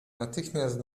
natychmiast